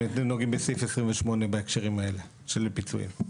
אם נוגעים בסעיף 28 בהקשרים האלה של פיצויים.